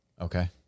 Okay